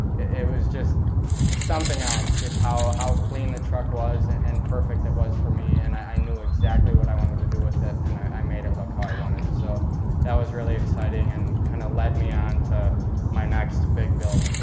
it was just something else, just how how clean the truck was and perfect it was for me and i knew exactly what i wanted to do with it and i made it look how i wanted. so that was really exciting and kind of led me on to my next big build.